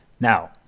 Now